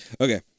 Okay